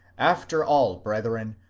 after all, brethren.